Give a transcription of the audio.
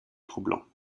troublants